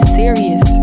serious